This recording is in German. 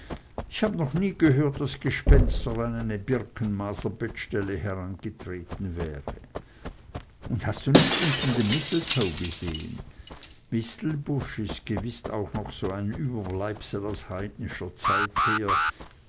ich habe noch nie gehört daß gespenster an eine birkenmaserbettstelle herangetreten wären und hast du nicht unten den mistletoe gesehn mistelbusch ist auch noch so überbleibsel aus heidnischer zeit her